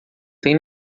tem